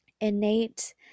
innate